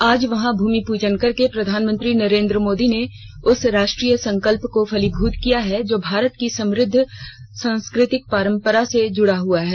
आज वहां भूमि प्रजन करके प्रधानमंत्री नरेंद्र मोदी ने उस राष्ट्रीय संकल्प को फलीभूत किया है जो भारत की समृद्ध सांस्कृतिक परंपरा से जुड़ा हुआ है